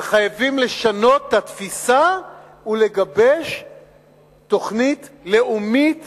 וחייבים לשנות את התפיסה ולגבש תוכנית לאומית